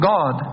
God